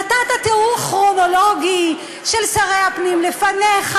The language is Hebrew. נתת תיאור כרונולוגי של שרי הפנים לפניך,